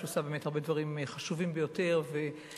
שעושה באמת הרבה דברים חשובים ביותר ועוקבת,